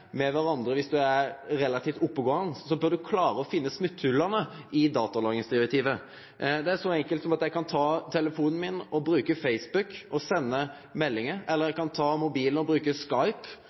med kvarandre. Viss du er relativt oppegåande, bør du klare å finne smotthola i datalagringsdirektivet. Det er så enkelt som at eg kan ta telefonen min og bruke Facebook og sende meldingar, eller eg kan ta mobilen og bruke